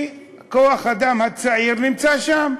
כי כוח-האדם הצעיר נמצא שם.